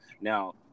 Now